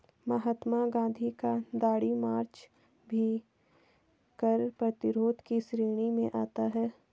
महात्मा गांधी का दांडी मार्च भी कर प्रतिरोध की श्रेणी में आता है